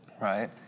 right